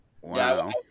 Wow